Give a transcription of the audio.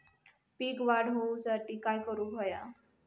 पीक वाढ होऊसाठी काय करूक हव्या?